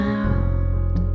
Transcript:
out